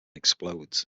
explodes